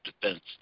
defense